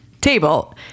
table